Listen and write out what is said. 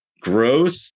growth